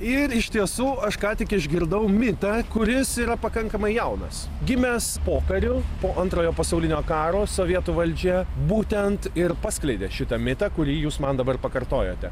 ir iš tiesų aš ką tik išgirdau mitą kuris yra pakankamai jaunas gimęs pokariu po antrojo pasaulinio karo sovietų valdžia būtent ir paskleidė šitą mitą kurį jūs man dabar pakartojote